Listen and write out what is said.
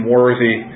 worthy